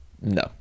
No